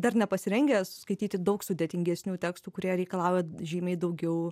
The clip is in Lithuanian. dar nepasirengę skaityti daug sudėtingesnių tekstų kurie reikalauja žymiai daugiau